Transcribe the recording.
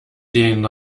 den